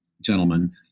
gentlemen